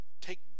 take